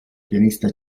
pianista